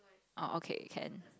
oh okay can